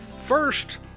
first